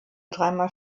dreimal